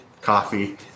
coffee